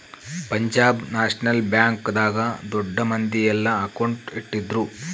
Punjab National Bank ದಾಗ ದೊಡ್ಡ ಮಂದಿ ಯೆಲ್ಲ ಅಕೌಂಟ್ ಇಟ್ಟಿದ್ರು